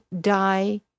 die